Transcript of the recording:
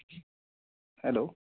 hello